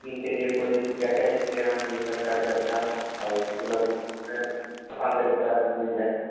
इनके लिए कोई क्या क्या चीज़ यहाँ मिल सकता है जो अच्छा हो और सुलभ हैं आसान तरीके से मिल जाए